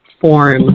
form